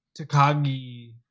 Takagi